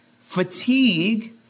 fatigue